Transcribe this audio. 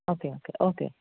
okay okay okay